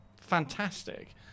fantastic